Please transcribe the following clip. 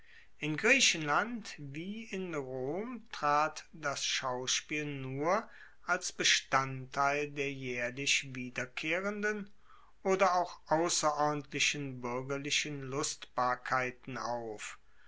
in griechenland wie in rom trat das schauspiel nur als bestandteil der jaehrlich wiederkehrenden oder auch ausserordentlichen buergerlichen lustbarkeiten auf